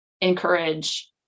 encourage